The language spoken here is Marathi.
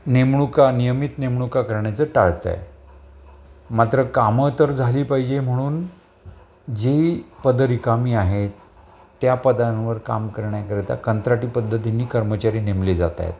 नेमणूका नियमित नेमणुका करण्याचं टाळतंय मात्र कामं तर झाली पाहिजे म्हणून जी पदरिकामी आहेत त्या पदांवर काम करण्याकरिता कंत्राटी पद्धतीनी कर्मचारी नेमली जातायेत